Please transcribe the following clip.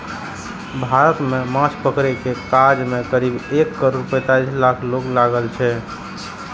भारत मे माछ पकड़ै के काज मे करीब एक करोड़ पैंतालीस लाख लोक लागल छै